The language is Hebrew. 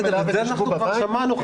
את זה כבר שמענו,